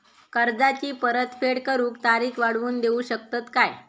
कर्जाची परत फेड करूक तारीख वाढवून देऊ शकतत काय?